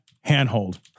handhold